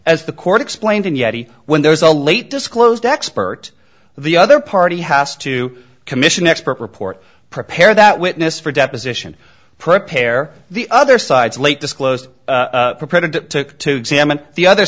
as the court explained in yeti when there was a late disclosed expert the other party has to commission expert report prepare that witness for deposition prepare the other side slate disclose preprinted to examine the other